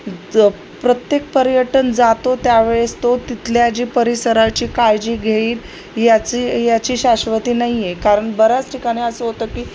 ज प्रत्येक पर्यटन जातो त्यावेळेस तो तिथल्या जी परिसराची काळजी घेईल याची याची शाश्वती नाहीये कारण बऱ्याच ठिकाणी असं होतं की